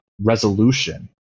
resolution